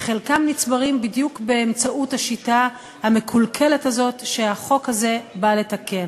שחלקם נצברים בדיוק באמצעות השיטה המקולקלת הזאת שהחוק הזה בא לתקן.